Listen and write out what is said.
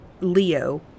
Leo